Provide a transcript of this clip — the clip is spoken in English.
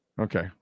Okay